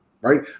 right